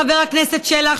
לחבר הכנסת שלח,